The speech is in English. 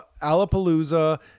Alapalooza